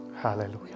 Hallelujah